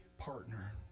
partner